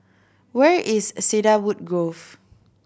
where is Cedarwood Grove